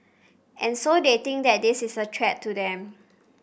and so they think that this is a threat to them